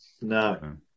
No